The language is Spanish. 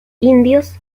indios